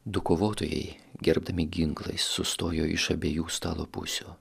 du kovotojai gerbdami ginklais sustojo iš abiejų stalo pusių